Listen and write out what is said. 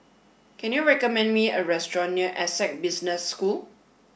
can you recommend me a restaurant near Essec Business School